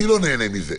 אני לא נהנה מזה.